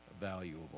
valuable